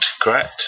correct